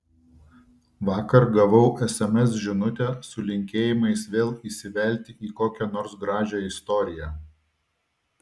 vakar gavau sms žinutę su linkėjimais vėl įsivelti į kokią nors gražią istoriją